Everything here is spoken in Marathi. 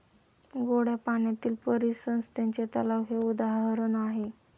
गोड्या पाण्यातील परिसंस्थेचे तलाव हे उदाहरण आहे